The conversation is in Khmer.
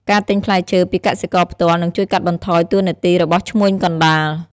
ការទិញផ្លែឈើពីកសិករផ្ទាល់នឹងជួយកាត់បន្ថយតួនាទីរបស់ឈ្មួញកណ្តាល។